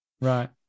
Right